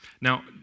Now